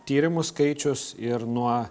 tyrimo skaičius ir nuo